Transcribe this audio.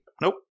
Nope